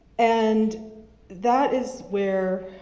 and that is where